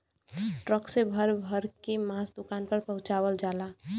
truck से भर भर के मांस दुकान पर पहुंचवाल जाला